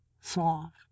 soft